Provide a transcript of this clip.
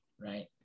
right